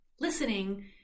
Listening